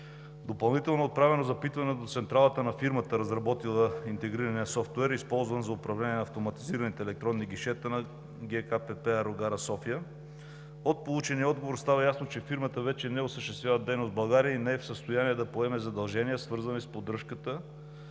Допълнително е отправено запитване до Централата на фирмата, разработила интегрирания софтуер, използван за управление на автоматизираните електронни гишета на ГКПП аерогара София. От получения отговор става ясно, че фирмата вече не осъществява дейност в България и не е в състояние да поеме задължения, свързани с поддръжката